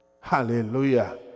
Hallelujah